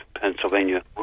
Pennsylvania